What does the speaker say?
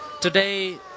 today